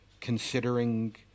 considering